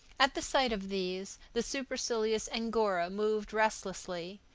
at the sight of these, the supercilious angora moved restlessly,